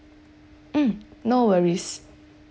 mm no worries